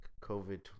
COVID